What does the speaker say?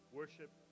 worship